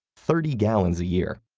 thirty gallons a year!